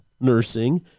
nursing